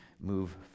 move